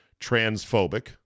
transphobic